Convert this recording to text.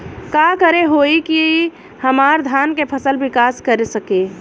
का करे होई की हमार धान के फसल विकास कर सके?